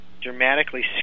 dramatically